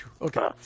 Okay